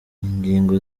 ingingo